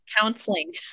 counseling